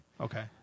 Okay